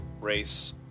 race